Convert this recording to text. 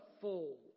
full